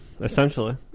essentially